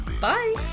Bye